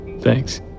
thanks